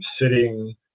sitting